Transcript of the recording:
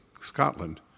Scotland